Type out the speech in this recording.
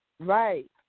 Right